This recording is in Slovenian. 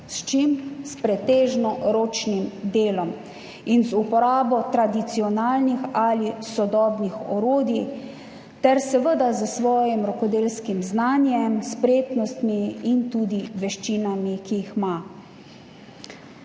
S čim? S pretežno ročnim delom in z uporabo tradicionalnih ali sodobnih orodij ter seveda s svojim rokodelskim znanjem, spretnostmi in veščinami, ki jih ima.